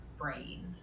brain